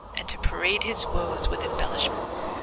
and to parade his woes with embellishments.